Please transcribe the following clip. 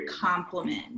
compliment